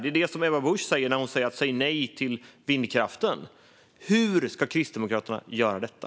Det är också det som Ebba Busch säger: Säg nej till vindkraften! Hur ska Kristdemokraterna göra detta?